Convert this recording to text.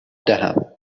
دهم